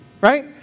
right